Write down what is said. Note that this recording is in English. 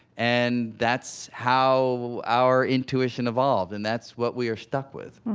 and that's how our intuition evolved. and that's what we are stuck with